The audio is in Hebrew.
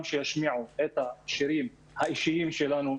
אנחנו גם רוצים שישמיעו את השירים האישיים שלנו,